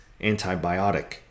antibiotic